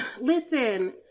Listen